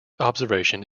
observation